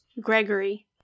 Gregory